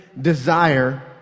desire